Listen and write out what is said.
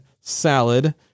salad